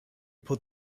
pulled